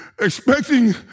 expecting